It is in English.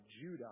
Judah